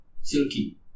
silky